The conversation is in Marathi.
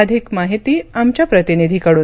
अधिक माहिती आमच्या प्रतिनिधीकडून